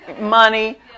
money